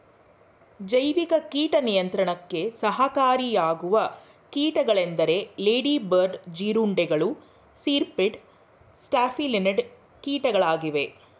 ಜೈವಿಕ ಕೀಟ ನಿಯಂತ್ರಣಕ್ಕೆ ಸಹಕಾರಿಯಾಗುವ ಕೀಟಗಳೆಂದರೆ ಲೇಡಿ ಬರ್ಡ್ ಜೀರುಂಡೆಗಳು, ಸಿರ್ಪಿಡ್, ಸ್ಟ್ಯಾಫಿಲಿನಿಡ್ ಕೀಟಗಳಾಗಿವೆ